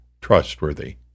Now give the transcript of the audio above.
trustworthy